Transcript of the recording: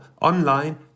online